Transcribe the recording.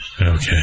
Okay